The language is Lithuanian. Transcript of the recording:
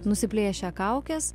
nusiplėšę kaukes